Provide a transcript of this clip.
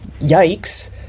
yikes